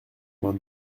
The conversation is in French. vingt